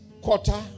quarter